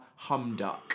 Humduck